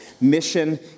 Mission